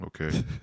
Okay